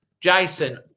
Jason